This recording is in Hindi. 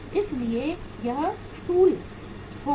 इसलिए वह स्थूल होगा